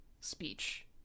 speech